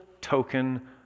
token